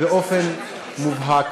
באופן מובהק,